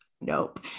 nope